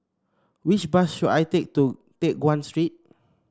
which bus should I take to Teck Guan Street